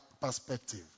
perspective